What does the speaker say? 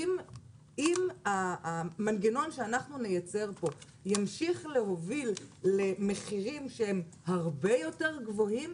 אם המנגנון שאנחנו נייצר פה ימשיך להוביל למחירים שהם הרבה יותר גבוהים,